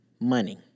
money